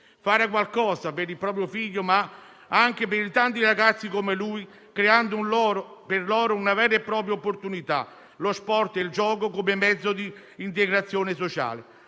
fare qualcosa per il proprio figlio e anche per i tanti ragazzi come lui, creando per loro una vera e propria opportunità, lo sport e il gioco come mezzo di integrazione sociale;